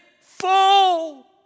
full